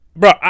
Bro